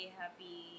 happy